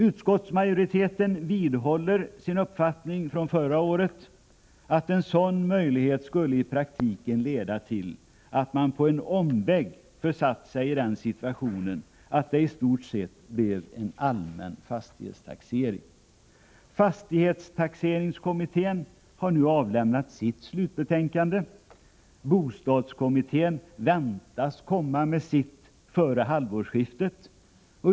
Utskottsmajoriteten vidhåller sin uppfattning från förra året att en sådan möjlighet i praktiken skulle leda till att man i stort sett via en omväg införde en allmän fastighetstaxering. Fastighetstaxeringskommittén har nu lämnat sitt slutbetänkande, och bostadskommittén väntas komma med sitt betänkande före halvårsskiftet.